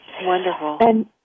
Wonderful